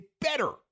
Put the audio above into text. better